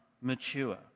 mature